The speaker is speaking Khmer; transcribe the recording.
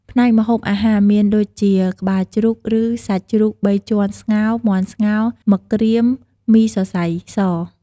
ផ្នែកម្ហូបអាហារ មានដូចជា ក្បាលជ្រូក ឬ សាច់ជ្រូកបីជាន់ស្ងោរ មាន់ស្ងោរ មឹកក្រៀម មីសសៃរស...។